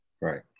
Right